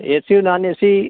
ए C औ non A C